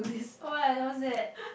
why what's that